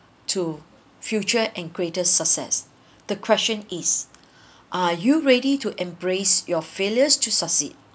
to future and greater success the question is are you ready to embrace your failures to succeed